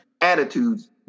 Attitudes